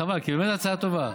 חבל, כי זו באמת הצעה טובה.